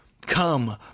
Come